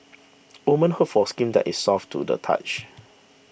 women hope for skin that is soft to the touch